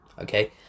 okay